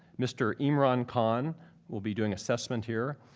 mr. imran kahn will be doing assessment here.